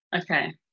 Okay